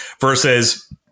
versus